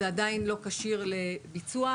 זה עדיין לא כשיר לביצוע,